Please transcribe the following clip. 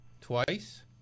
twice